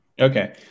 Okay